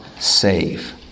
Save